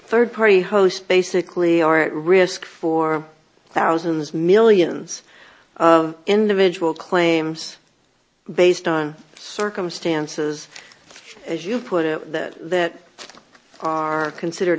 third party host basically are at risk for thousands millions of individual claims based on circumstances as you put it that are considered